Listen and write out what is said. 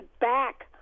back